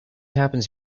happens